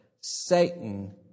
Satan